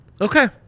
okay